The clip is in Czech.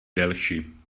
delší